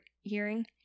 hearing